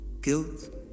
Guilt